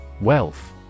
Wealth